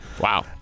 Wow